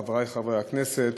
חברי חברי הכנסת,